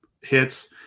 hits